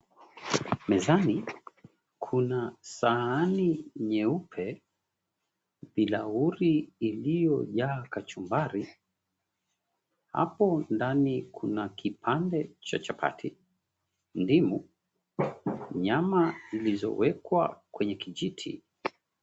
Mezani kuna sahani nyeupe, bilauri iliyojaa kachumbari. Hapo ndani kuna kipande cha chapati, ndimu, nyama zilizowekwa kwenye kijiti.